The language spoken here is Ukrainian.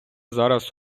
зараз